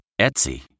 Etsy